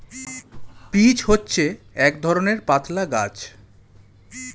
peach হচ্ছে এক ধরণের পাতলা গাছ